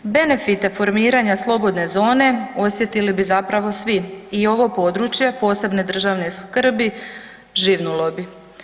Benefite formiranja slobodne zone osjetili bi zapravo svi i ovo područje, posebne državne skrbi, živnulo bi.